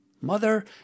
Mother